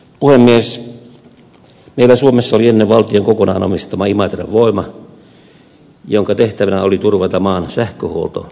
meillä suomessa oli ennen valtion kokonaan omistama imatran voima jonka tehtävänä oli turvata maan sähköhuolto